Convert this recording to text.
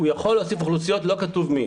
הוא יכול להוסיף אוכלוסיות, לא כתוב מי.